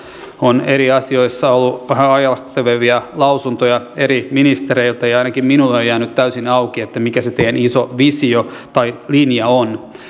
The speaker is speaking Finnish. on eri asioissa ollut vähän ailahtelevia lausuntoja eri ministereiltä ja ainakin minulle on jäänyt täysin auki mikä se teidän iso visionne tai linjanne on